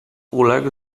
uległ